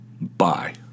Bye